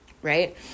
Right